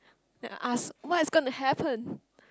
then I ask what is going to happen